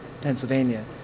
Pennsylvania